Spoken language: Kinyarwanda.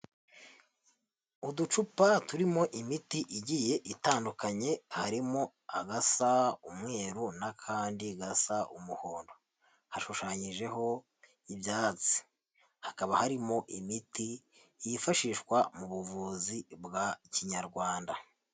Uducupa turimo imiti igiye itandukanye, harimo agasa umweru n'akandi gasa umuhondo, hashushanyijeho ibyatsi, hakaba harimo imiti yifashishwa mu buvuzi bwa kinyarwanda.